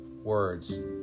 Words